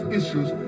issues